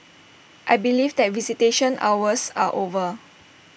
I believe that visitation hours are over